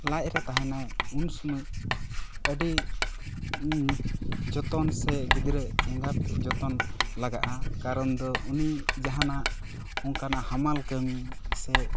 ᱞᱟᱡ ᱨᱮ ᱛᱟᱦᱮᱸᱱᱟᱭ ᱩᱱ ᱥᱳᱢᱚᱭ ᱟᱹᱰᱤ ᱡᱚᱛᱚᱱ ᱥᱮ ᱜᱤᱫᱽᱨᱟᱹ ᱮᱸᱜᱟᱛ ᱡᱚᱛᱚᱱ ᱞᱟᱜᱟᱜᱼᱟ ᱠᱟᱨᱚᱱ ᱫᱚ ᱩᱱᱤ ᱡᱟᱦᱟᱸᱱᱟᱜ ᱚᱱᱠᱟᱱᱟᱜ ᱦᱟᱢᱟᱞ ᱠᱟᱹᱢᱤ ᱥᱮ